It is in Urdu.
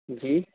جی